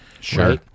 sure